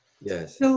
Yes